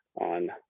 on